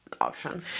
Option